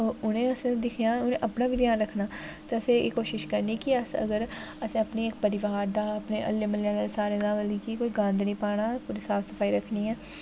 उ'नें ई असें दिक्खियै अपना बी ध्यान रखना ते असें एह् कोशश करनी कि अस अगर अस अपने इक परिवार दा अपने अल्ले म्हल्ले दा सारें दा मतलब कि कोई गन्द निं पाना पूरी साफ सफाई रखनी ऐ